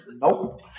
nope